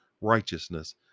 righteousness